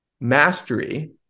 mastery